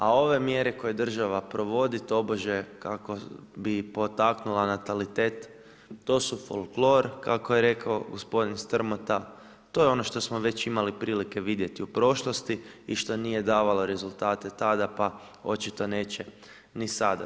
A ove mjere koje država provodi tobože, kako bi potaknula natalitet, to su folklor, kako je rekao gospodin Strmota, to je ono što smo već imali prilike vidjeti u prošlosti i što nije davalo rezultate tada, pa očito neće ni sada.